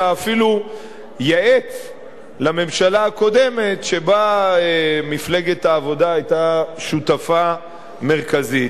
אלא אפילו יעץ לממשלה הקודמת שבה מפלגת העבודה היתה שותפה מרכזית.